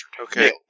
Okay